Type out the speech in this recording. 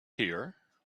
hear